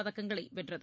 பதக்கங்களைவென்றது